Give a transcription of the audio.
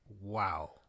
Wow